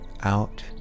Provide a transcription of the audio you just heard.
out